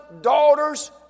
daughters